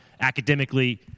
academically